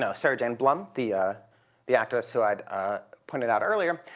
so sarahjane blum, the ah the activist who i pointed out earlier,